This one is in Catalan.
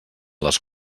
les